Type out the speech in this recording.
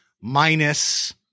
minus